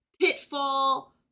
Pitfall